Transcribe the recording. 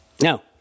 Now